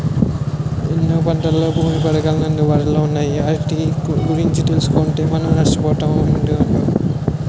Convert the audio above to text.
ఎన్నో పంటల బీమా పధకాలు అందుబాటులో ఉన్నాయి ఆటి గురించి తెలుసుకుంటే మనం నష్టపోయే పనుండదు